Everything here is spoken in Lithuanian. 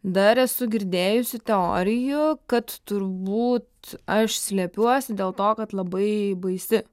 dar esu girdėjusi teorijų kad turbūt aš slepiuosi dėl to kad labai baisi